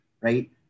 right